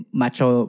macho